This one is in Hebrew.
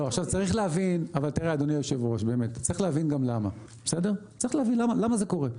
תראה, אדוני היושב-ראש, צריך להבין למה זה קורה.